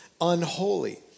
unholy